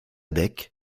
bec